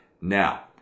Now